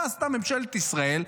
מה עשתה ממשלת ישראל?